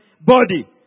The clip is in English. body